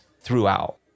throughout